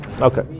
Okay